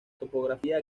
topografía